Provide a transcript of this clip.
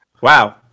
Wow